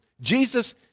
Jesus